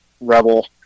rebel